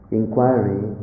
inquiry